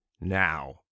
now